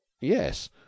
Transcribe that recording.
yes